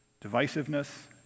divisiveness